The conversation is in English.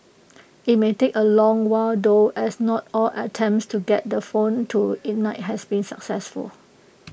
IT may take A long while though as not all attempts to get the phone to ignite has been successful